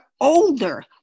older